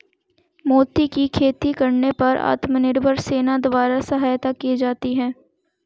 मोती की खेती करने पर आत्मनिर्भर सेना द्वारा सहायता की जाती है